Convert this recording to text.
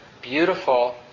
beautiful